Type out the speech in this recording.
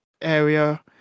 area